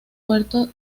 puerto